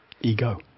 ego